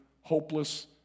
hopeless